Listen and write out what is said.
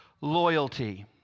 loyalty